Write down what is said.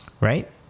right